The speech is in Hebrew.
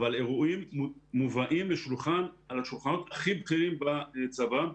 אבל אירועים מובאים לשולחנות הכי בכירים בצבא.